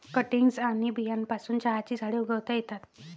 cuttings आणि बियांपासून चहाची झाडे उगवता येतात